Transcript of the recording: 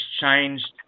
changed